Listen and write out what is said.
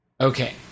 Okay